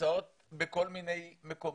שנמצאות בכל מיני מקומות.